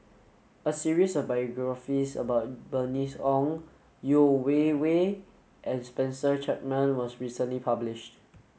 a series of biographies about Bernice Ong Yeo Wei Wei and Spencer Chapman was recently published